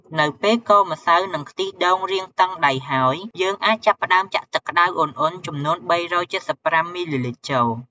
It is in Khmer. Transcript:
នៅពេលកូរម្សៅ និងខ្ទិះដូងរាងតឹងដៃហើយ យើងអាចចាប់ផ្ដើមចាក់ទឹកក្ដៅឧណ្ហៗចំនួន ៣៧៥ មីលីលីត្រចូល។